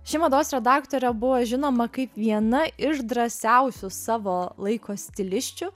ši mados redaktorė buvo žinoma kaip viena iš drąsiausių savo laiko stilisčių